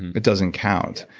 it doesn't count.